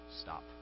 stop